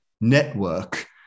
network